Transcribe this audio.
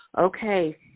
okay